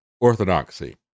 orthodoxy